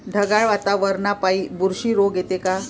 ढगाळ वातावरनापाई बुरशी रोग येते का?